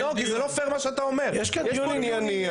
יש פה ניהול ענייני,